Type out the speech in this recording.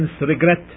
regret